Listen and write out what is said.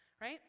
Right